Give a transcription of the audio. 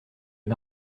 les